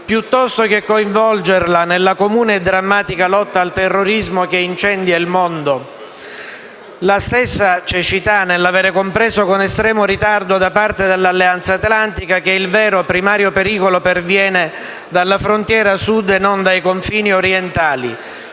piuttosto che coinvolgerla nella comune e drammatica lotta al terrorismo che incendia il mondo. La stessa cecità nell'avere compreso con estremo ritardo, da parte dell'Alleanza atlantica, che il vero primario pericolo perviene dalla frontiera Sud e non dai confini orientali,